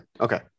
Okay